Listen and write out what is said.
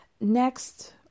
next